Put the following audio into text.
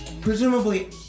presumably